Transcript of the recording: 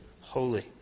holy